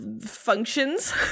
functions